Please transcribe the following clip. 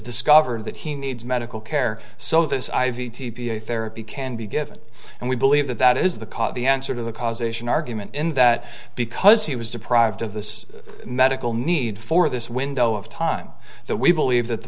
discovered that he needs medical care so this i v therapy can be given and we believe that that is the cause the answer to the causation argument in that because he was deprived of this medical need for this window of time that we believe that the